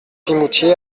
pimoutier